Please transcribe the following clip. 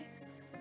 Nice